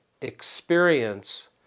experience